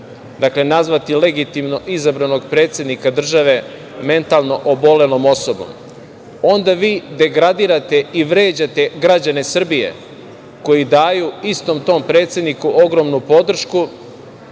osobom nazvati legitimno izabranog predsednika države, mentalno obolelom osobom, onda vi degradirate i vređate građane Srbije koji daju istom tom predsedniku ogromnu podršku